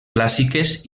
clàssiques